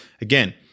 again